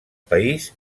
país